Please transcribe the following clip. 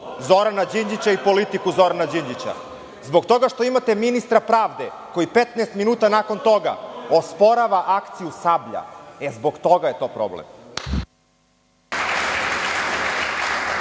Zorana Đinđića i politiku Zorana Đinđića? Zbog toga što imate ministra pravde koji 15 minuta nakon toga osporava akciju „Sablja“. Zbog toga je to problem.